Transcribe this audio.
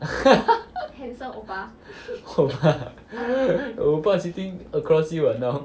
oppa oppa sitting across you what now